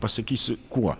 pasakysiu kuo